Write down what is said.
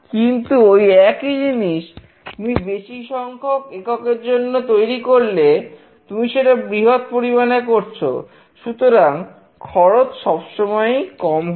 কিন্তু ওই একই জিনিস তুমি বেশি সংখ্যক এককের জন্য তৈরি করলে তুমি সেটা বৃহৎ পরিমাণে করছো সুতরাং খরচ সব সময়ই কম হবে